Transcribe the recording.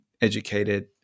educated